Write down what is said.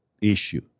issue